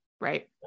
right